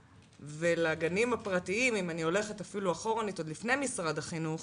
ואם אני הולכת אפילו אחורנית עוד לפני משרד החינוך,